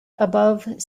above